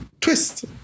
twist